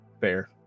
Fair